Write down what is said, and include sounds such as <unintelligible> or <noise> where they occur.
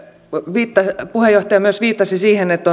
viittasi myös siihen että <unintelligible>